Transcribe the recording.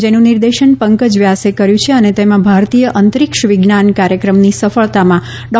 જેનું નિર્દેશન પંકજ વ્યાસે કર્યું છે અને તેમાં ભારતીય અંતરીક્ષ વિજ્ઞાન કાર્યક્રમની સફળતામાં ડો